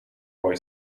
boy